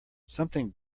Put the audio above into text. something